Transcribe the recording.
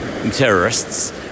Terrorists